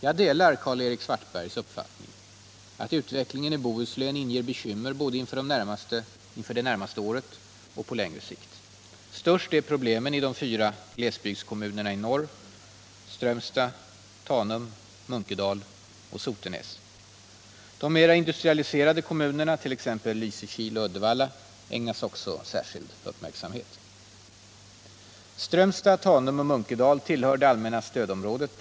Jag delar Karl-Erik Svartbergs uppfattning att utvecklingen i Bohuslän inger bekymmer, både inför det närmaste året och på längre sikt. Störst är problemen i de fyra glesbygdskommunerna i norr — Strömstad, Tanum, Munkedal och Sotenäs. De mera industrialiserade kommunerna, t.ex. Lysekil och Uddevalla, ägnas också särskild uppmärksamhet. Strömstad, Tanum och Munkedal tillhör det allmänna stödområdet.